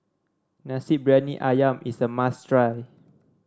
Nasi Briyani ayam is a must try